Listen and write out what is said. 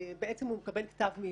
הוא בעצם מקבל כתב מינוי.